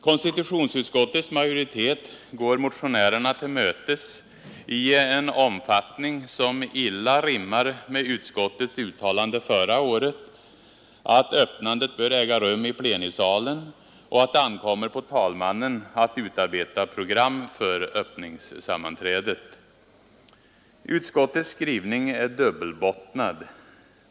Konstitutionsutskottets majoritet går motionärerna till mötes i en omfattning som illa rimmar med utskottets uttalande förra året, att öppnandet bör äga rum i' plenisalen och att det ankommer på talmannen att utarbeta program för öppningssammanträdet. Utskottets skrivning är dubbelbottnad.